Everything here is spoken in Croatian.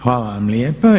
Hvala vam lijepa.